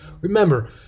remember